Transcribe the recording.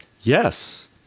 yes